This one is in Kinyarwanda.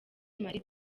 marie